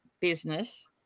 business